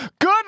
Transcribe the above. Good